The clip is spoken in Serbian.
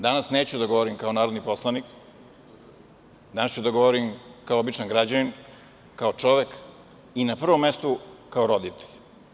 Danas neću da govorim kao narodni poslanik, danas ću da govorim kao običan građanin, kao čovek i na prvom mestu kao roditelj.